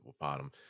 bottom